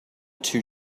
too